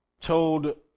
told